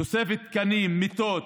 תוספת תקנים, מיטות